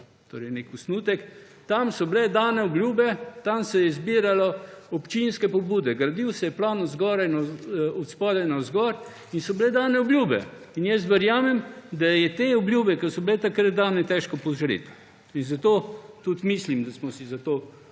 Torej nek osnutek. Tam so bile dane obljube, tam se je zbiralo občinske pobude, gradil se je plan od spodaj navzgor in so bile dane obljube. Verjamem, da je te obljube, ki so bile takrat dane, težko požreti. Zato tudi mislim, da smo si zato denar